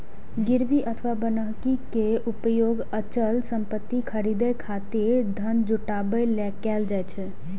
गिरवी अथवा बन्हकी के उपयोग अचल संपत्ति खरीदै खातिर धन जुटाबै लेल कैल जाइ छै